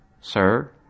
sir